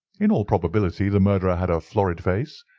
in all probability the murderer had a florid face,